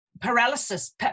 paralysis